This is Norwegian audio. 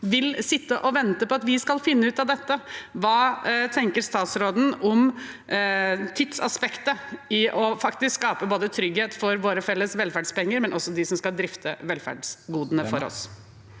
vil sitte og vente på at vi skal finne ut av dette. Hva tenker statsråden om tidsaspektet i å skape trygghet både for våre felles velferdspenger og for dem som skal drifte velferdsgodene for oss?